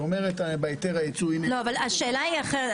אומרת בהיתר הייצוא --- השאלה היא אחרת.